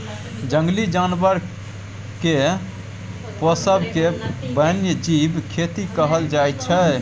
जंगली जानबर केर पोसब केँ बन्यजीब खेती कहल जाइ छै